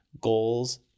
goals